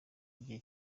igihe